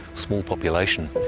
small population,